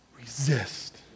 resist